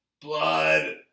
Blood